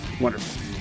Wonderful